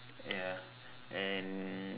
ya and